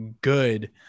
good